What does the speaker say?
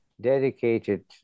dedicated